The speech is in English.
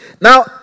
Now